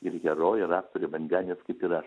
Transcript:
ir herojė ir aktorė vandenis kaip ir aš